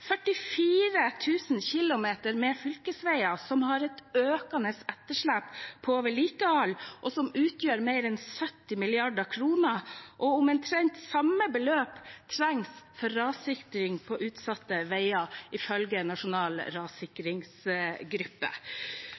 km med fylkesveier som har et økende etterslep på vedlikehold, og som utgjør mer enn 70 mrd. kr. Omtrent samme beløp trengs for rassikring på utsatte veier, ifølge Nasjonal rassikringsgruppe.